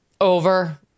over